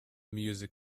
music